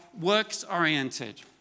works-oriented